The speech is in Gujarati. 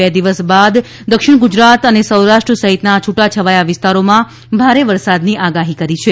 બે દિવસ બાદ દક્ષિણ ગુજરાત સૌરાષ્ટ્ર સહિતના છુટા છવાયા વિસ્તારોમાં ભારે વરસાદની આગાહી કરી છે